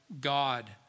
God